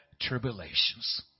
tribulations